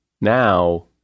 now